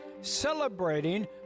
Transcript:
celebrating